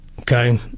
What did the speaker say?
Okay